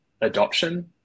adoption